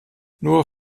nur